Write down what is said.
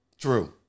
true